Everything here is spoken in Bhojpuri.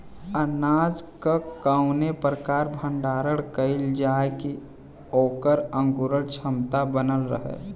अनाज क कवने प्रकार भण्डारण कइल जाय कि वोकर अंकुरण क्षमता बनल रहे?